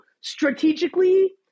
strategically